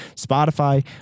Spotify